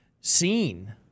seen